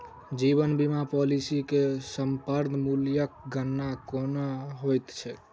जीवन बीमा पॉलिसी मे समर्पण मूल्यक गणना केना होइत छैक?